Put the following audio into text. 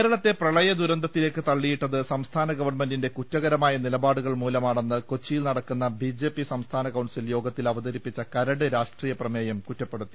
കേരളത്തെ പ്രളയ ദുരന്തത്തിലേക്ക് തള്ളിയിട്ടത് സംസ്ഥാന ഗവൺമെന്റിന്റെ കുറ്റകരമായ നിലപാടുകൾ മൂലമാണെന്ന് കൊച്ചിയിൽ നടക്കുന്ന ബി ജെ പി സംസ്ഥാന കൌൺസിൽ യോഗത്തിൽഅവതരിപ്പിച്ച കരട് രാഷ്ട്രീയ പ്രമേയം കുറ്റപ്പെടുത്തി